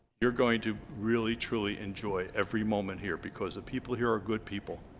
you're going to really truly enjoy every moment here because the people here are good people